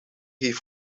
heeft